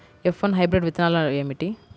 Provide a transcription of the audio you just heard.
F one hybrid విత్తనాలు ఏమిటి?